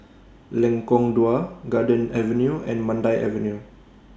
Lengkong Dua Garden Avenue and Mandai Avenue